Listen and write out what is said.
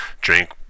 drink